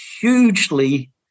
hugely